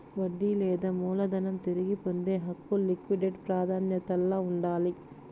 వడ్డీ లేదా మూలధనం తిరిగి పొందే హక్కు లిక్విడేట్ ప్రాదాన్యతల్ల ఉండాది